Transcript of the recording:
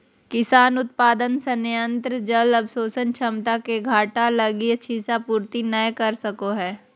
किसान उत्पादन संयंत्र जल अवशोषण क्षमता के घटा लगी क्षतिपूर्ति नैय कर सको हइ